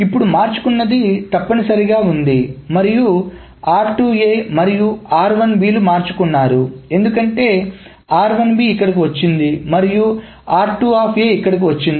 ఇప్పుడు మార్చుకున్నది తప్పనిసరిగా ఉంది మరియు మరియు మార్చుకున్నారు ఎందుకంటే ఇక్కడకు వచ్చింది మరియు ఇక్కడకు వచ్చింది